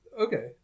okay